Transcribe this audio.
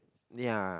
ya